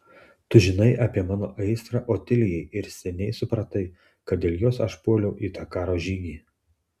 tu žinai apie mano aistrą otilijai ir seniai supratai kad dėl jos aš puoliau į tą karo žygį